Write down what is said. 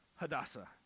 Hadassah